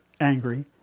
angry